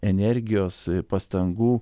energijos pastangų